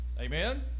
Amen